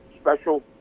special